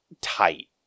tight